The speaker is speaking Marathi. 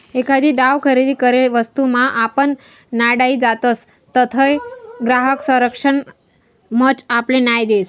एखादी दाव खरेदी करेल वस्तूमा आपण नाडाई जातसं तधय ग्राहक संरक्षण मंच आपले न्याय देस